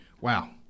Wow